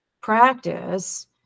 practice